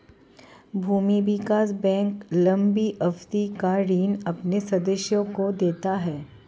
भूमि विकास बैंक लम्बी अवधि का ऋण अपने सदस्यों को देता है